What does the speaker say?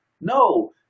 No